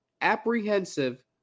apprehensive